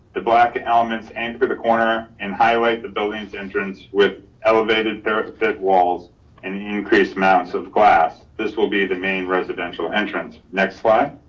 the black elements, anchor the corner and highlight the building's entrance with elevated therapy walls and increased mounts of glass. this will be the main residential entrance. next slide.